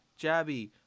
Jabby